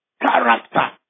character